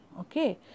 okay